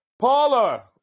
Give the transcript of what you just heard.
Paula